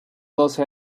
doce